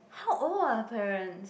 how old are her parents